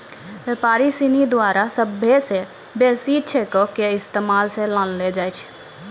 व्यापारी सिनी के द्वारा सभ्भे से बेसी चेको के इस्तेमाल मे लानलो जाय छै